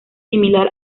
similar